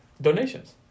Donations